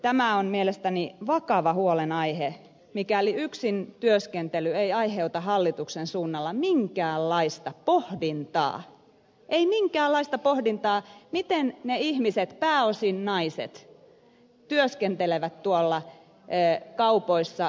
tämä on mielestäni vakava huolenaihe mikäli yksintyöskentely ei aiheuta hallituksen suunnalla minkäänlaista pohdintaa ei minkäänlaista pohdintaa siitä miten ne ihmiset pääosin naiset työskentelevät tuolla kaupoissa